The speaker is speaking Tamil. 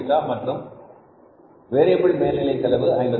50 மற்றும் வேரியபில் மேல்நிலை செலவு 0